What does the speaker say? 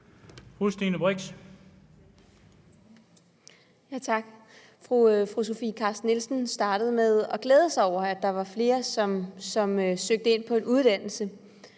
Stine Brix (EL): Tak. Fru Sofie Carsten Nielsen startede med at glæde sig over, at der var flere, som søgte ind på en uddannelse,